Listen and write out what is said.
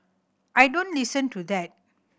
I don't listen to that